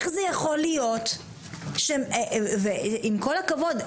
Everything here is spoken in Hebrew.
עם כל הכבוד,